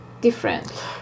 different